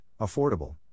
affordable